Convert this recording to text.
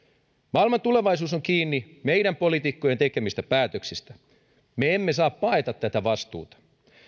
maailman tulevaisuus on kiinni meidän poliitikkojen tekemistä päätöksistä me emme saa paeta tätä vastuuta